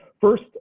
First